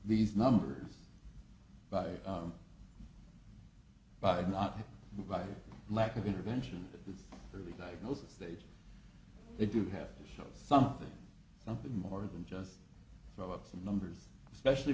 these numbers by by not by lack of intervention is really most states they do have to show something something more than just throw up some numbers especially